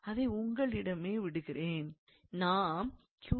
அதை உங்களிடமே விடுகிறேன்